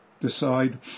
Decide